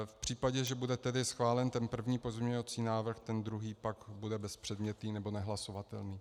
V případě, že bude schválen první pozměňovací návrh, ten druhý pak bude bezpředmětný, nebo nehlasovatelný.